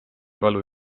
palu